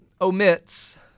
omits